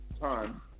time